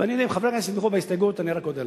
ואם חברי הכנסת יתמכו בהסתייגות, אני רק אודה להם.